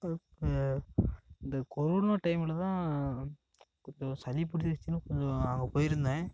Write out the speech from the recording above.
இந்த கொரோனா டைமில தான் அப்போது சளி பிடுச்சிச்சுன்னு கொஞ்சோம் அங்கே போய்ருந்தேன்